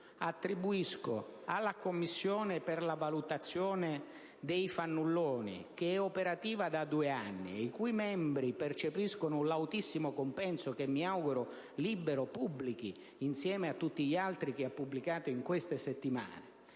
i membri della Commissione per la valutazione dei fannulloni, che è operativa da due anni e i cui membri percepiscono lautissimo compenso (che mi auguro "Libero" pubblichi insieme a tutti gli altri che ha pubblicato in queste settimane),